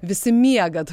visi miegat